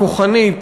כוחנית,